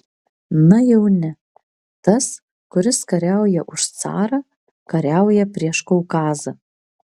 na jau ne tas kuris kariauja už carą kariauja prieš kaukazą